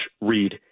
read